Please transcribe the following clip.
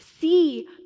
See